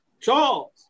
Charles